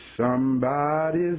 somebody's